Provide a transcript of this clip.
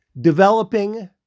developing